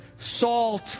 salt